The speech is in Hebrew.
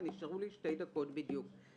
ונשארו לי שתי דקות בדיוק.